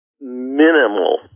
minimal